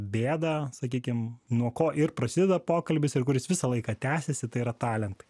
bėdą sakykim nuo ko ir prasideda pokalbis ir kuris visą laiką tęsiasi tai yra talentai